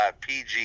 PG